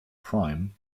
prime